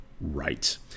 Right